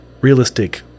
realistic